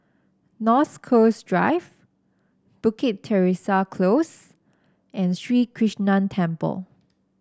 North Coast Drive Bukit Teresa Close and Sri Krishnan Temple